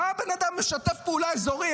מה הבן אדם משתף פעולה אזורי,